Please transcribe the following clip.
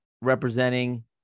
representing